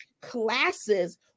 classes